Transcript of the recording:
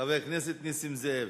חבר הכנסת נסים זאב,